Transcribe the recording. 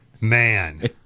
Man